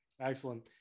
excellent